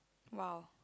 !wow!